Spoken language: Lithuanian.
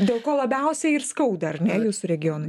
dėl ko labiausiai ir skauda ar ne jūsų regionui